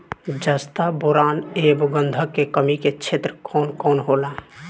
जस्ता बोरान ऐब गंधक के कमी के क्षेत्र कौन कौनहोला?